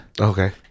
okay